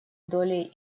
долей